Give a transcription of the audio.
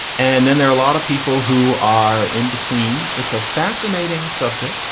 and then there are a lot of people who are in between. it's a fascinating subject.